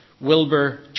Wilbur